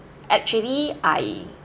actually I